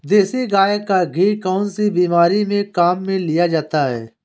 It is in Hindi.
देसी गाय का घी कौनसी बीमारी में काम में लिया जाता है?